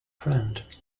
friend